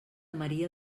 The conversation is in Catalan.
maria